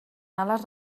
males